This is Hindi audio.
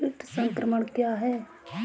कीट संक्रमण क्या है?